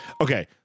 Okay